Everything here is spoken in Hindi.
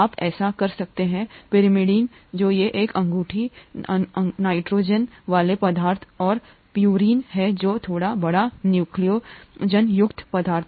आप ऐसा कर सकते हैं pyrimidines हैं जो ये एक अंगूठी नाइट्रोजन वाले पदार्थ और प्यूरीन हैं जो हैं थोड़ा बड़ा नाइट्रोजनयुक्त पदार्थ